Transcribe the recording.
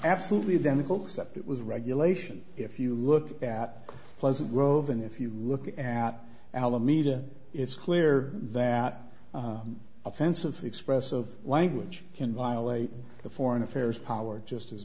absolutely demichelis sept it was regulation if you look at pleasant grove and if you look at alameda it's clear that offensive express of language can violate the foreign affairs power just as